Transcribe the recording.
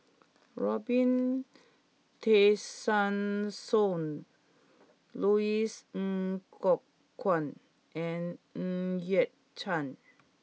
Robin Tessensohn Louis Ng Kok Kwang and Ng Yat Chuan